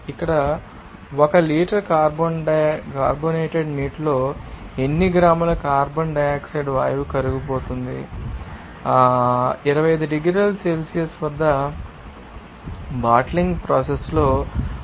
ఇక్కడ 1 litre carbonated నీటిలో ఎన్ని గ్రాముల కార్బన్ డయాక్సైడ్ వాయువు కరిగిపోతుంది తయారీదారు 25 డిగ్రీల సెల్సియస్ వద్ద బాట్లింగ్ ప్రాసెస్ లో 2